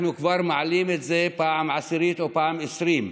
אנחנו כבר מעלים את זה בפעם העשירית או בפעם העשרים: